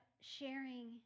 sharing